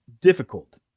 difficult